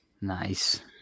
Nice